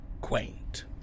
quaint